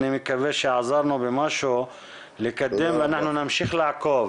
אני מקווה שעזרנו במשהו לקדם ואנחנו נמשיך לעקוב